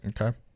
Okay